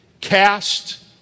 Cast